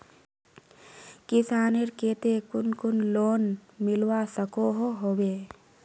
किसानेर केते कुन कुन लोन मिलवा सकोहो होबे?